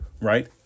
right